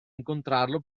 incontrarlo